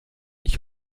ich